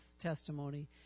testimony